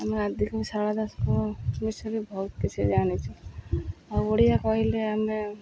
ଆମେ ଆଦି କବି ଶାରଳା ଦାସଙ୍କ ବିଷୟରେ ବହୁତ କିଛି ଜାଣିଛୁ ଆଉ ଓଡ଼ିଆ କହିଲେ ଆମେ